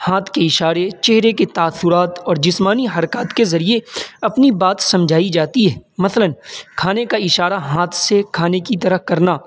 ہاتھ کے اشارے چہرے کے تأثرات اور جسمانی حرکات کے ذریعے اپنی بات سمجھائی جاتی ہے مثلاً کھانےکا اشارہ ہاتھ سے کھانے کی طرح کرنا